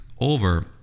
over